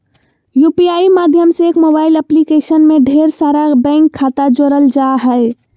UPI माध्यम से एक मोबाइल एप्लीकेशन में ढेर सारा बैंक खाता जोड़ल जा हय